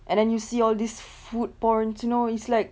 and then you see all these food porns you know it's like